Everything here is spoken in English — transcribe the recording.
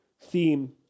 theme